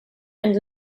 and